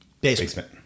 basement